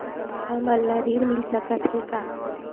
हमन ला ऋण मिल सकत हे का?